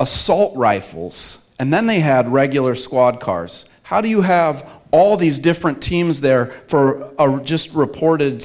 assault rifles and then they had regular squad cars how do you have all these different teams there for just reported